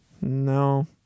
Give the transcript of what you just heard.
No